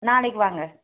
நாளைக்கு வாங்க